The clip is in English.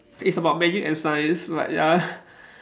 it's about magic and science but ya